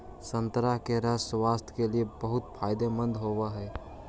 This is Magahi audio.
संतरा के रस स्वास्थ्य के लिए बहुत फायदेमंद होवऽ हइ